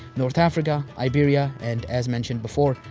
north africa, iberia and as mentioned before,